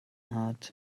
hat